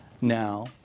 now